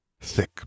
Thick